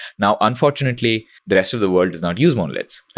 now, unfortunately, the rest of the world does not use monoliths,